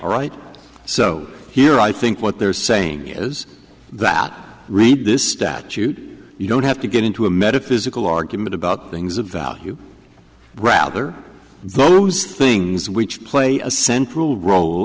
right so here i think what they're saying is that read this statute you don't have to get into a metaphysical argument about things of value rather those things which play a central role